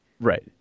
Right